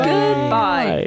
Goodbye